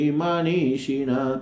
manishina